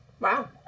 Wow